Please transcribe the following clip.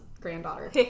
granddaughter